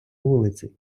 вулиці